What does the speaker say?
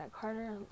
carter